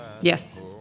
Yes